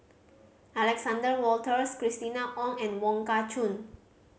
Alexander Wolters Christina Ong and Wong Kah Chun